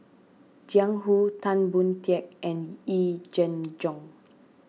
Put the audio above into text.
Jiang Hu Tan Boon Teik and Yee Jenn Jong